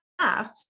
half